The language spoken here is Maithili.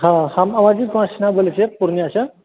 हँ हम बोलै छियै पूर्णियासॅं